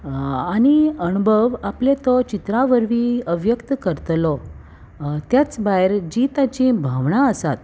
आनी अणभव आपले तो चित्रा वरवीं अव्यक्त करतलो त्याच भायर जीं ताचीं भावणां आसात